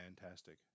fantastic